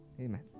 Amen